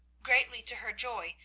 greatly to her joy,